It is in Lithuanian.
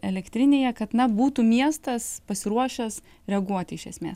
elektrinėje kad na būtų miestas pasiruošęs reaguoti iš esmės